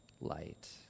light